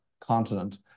continent